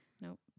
Nope